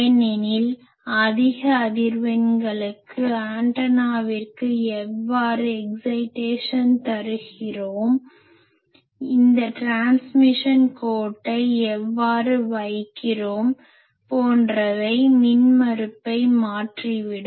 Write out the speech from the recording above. ஏனெனில் அதிக அதிர்வெண்களுக்கு ஆண்டனாவிற்கு எவ்வாறு எக்ஸைடேஷன் தருகிறோம் இந்த ட்ரான்ஸ்மிஷன் கோட்டை எவ்வாறு வைக்கிறோம் லூப் கப்லிங் ப்ரோப் கப்லிங் மற்றும் பல போன்றவை மின்மறுப்பை மாற்றிவிடும்